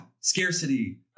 scarcity